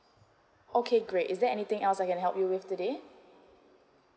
okay great is there anything else I can help you with today